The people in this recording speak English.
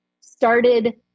started